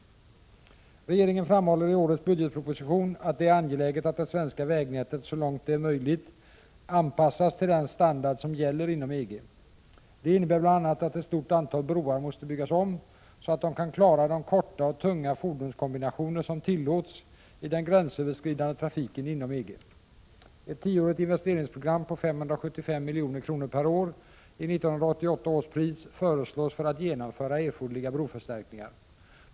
Regeringen framhåller i årets budgetproposition att det är angeläget att det svenska vägnätet så långt det är möjligt anpassas till den standard som gäller inom EG. Det innebär bl.a. att ett stort antal broar måste byggas om, så att de kan klara de korta och tunga fordonskombinationer som tillåts i den gränsöverskridande trafiken inom EG. Ett tioårigt investeringsprogram på 575 milj.kr. per år i 1988 års pris föreslås för att genomföra erforderliga broförstärkningar.